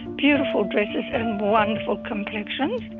beautiful dresses and wonderful complexions.